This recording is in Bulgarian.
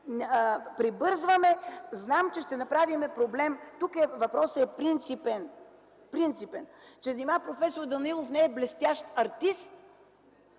Прибързваме – знам, че ще направим проблем. Тук въпросът е принципен. Че нима проф. Данаилов не е блестящ артист?